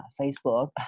Facebook